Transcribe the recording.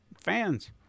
fans